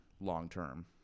long-term